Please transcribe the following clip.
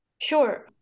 Sure